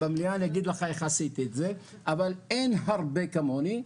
איך עשיתי את זה, אבל אין הרבה כמוני.